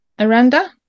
Aranda